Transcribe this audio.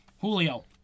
Julio